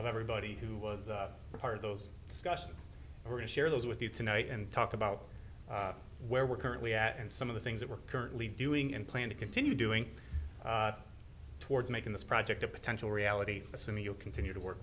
of everybody who was part of those discussions or in share those with you tonight and talk about where we're currently at and some of the things that we're currently doing and plan to continue doing towards making this project a potential reality assuming you continue to work